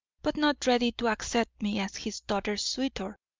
but not ready to accept me as his daughter's suitor!